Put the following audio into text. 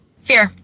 Fear